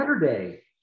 Saturday